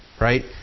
right